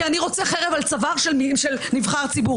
מתי החזקת התיק זה כי אני רוצה חרב על צוואר של נבחר ציבור.